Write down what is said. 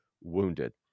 wounded